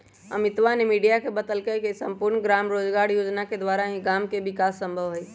अमितवा ने मीडिया के बतल कई की सम्पूर्ण ग्राम रोजगार योजना के द्वारा ही गाँव के विकास संभव हई